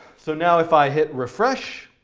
so now if i hit refresh,